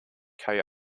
kai